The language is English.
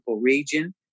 region